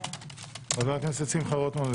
חבר הכנסת שמחה רוטמן,